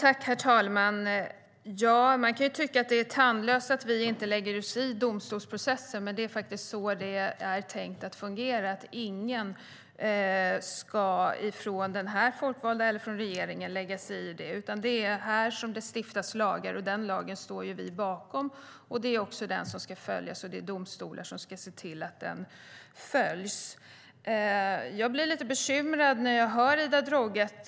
Herr talman! Man kan tycka att det är tandlöst att vi inte lägger oss i domstolsprocesser, men det är faktiskt så det är tänkt att fungera. Varken folkvalda eller regeringen ska lägga sig i dem. Här stiftas lagar, och den lagen står vi bakom. Det är den som ska följas, och det är domstolar som ska se till det. Jag blir lite bekymrad när jag hör Ida Drougge.